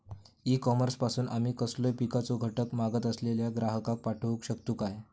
E commerce पासून आमी कसलोय पिकाचो घटक मागत असलेल्या ग्राहकाक पाठउक शकतू काय?